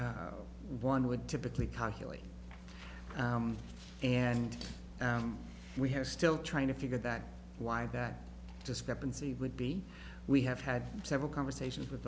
what one would typically calculate and we have still trying to figure that why that discrepancy would be we have had several conversations with